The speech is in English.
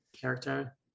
character